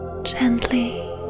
Gently